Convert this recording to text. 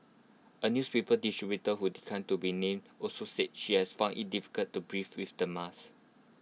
A newspaper distributor who declined to be named also said she has found IT difficult to breathe with the mask